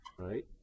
right